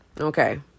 okay